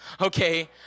okay